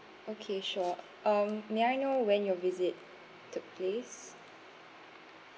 okay sure um may I know when your visit took place